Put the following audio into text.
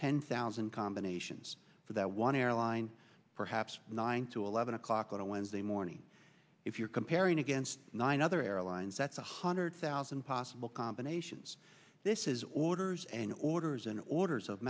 ten thousand combinations for that one airline perhaps nine to eleven o'clock on a wednesday morning if you're comparing against nine other airlines that's one hundred thousand possible combinations this is orders and orders in orders of